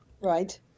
Right